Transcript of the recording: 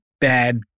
bad